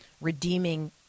redeeming